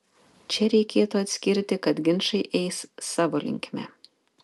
čia reikėtų atskirti kad ginčai eis savo linkme